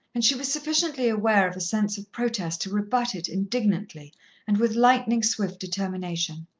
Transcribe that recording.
and she was sufficiently aware of a sense of protest to rebut it indignantly and with lightning-swift determination.